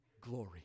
glory